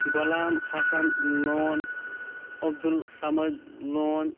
Ghulam Hassan Lone Abdul Samad لون